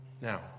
Now